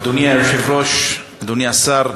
אדוני היושב-ראש, אדוני השר,